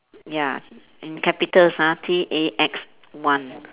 ya in capitals ah T_A_X one